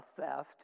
theft